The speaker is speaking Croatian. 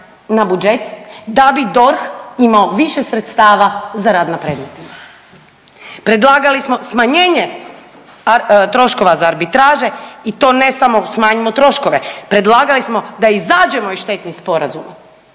na budžet da bi DORH imao više sredstava za rad na predmetima, predlagali smo smanjenje troškova za arbitraže i to ne samo smanjimo troškove, predlagali smo da izađemo iz štetnih sporazuma,